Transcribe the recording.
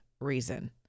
reason